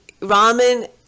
ramen